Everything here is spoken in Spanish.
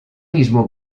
mismo